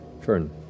Fern